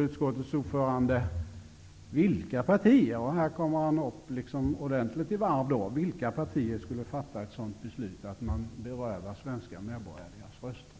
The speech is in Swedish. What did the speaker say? Utskottets ordförande frågar också -- och här kommer han upp ordentligt i varv -- vilka partier som skulle fatta ett beslut innebärande att man berövar svenska medborgare deras rösträtt.